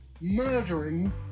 murdering